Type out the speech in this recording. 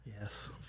Yes